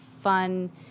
fun